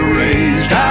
raised